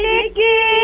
Nikki